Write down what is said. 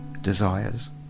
desires